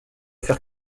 faire